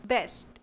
Best